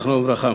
זיכרונו לברכה,